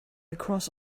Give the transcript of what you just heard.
across